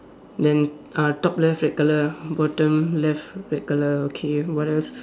then uh top left red colour bottom left red colour okay what else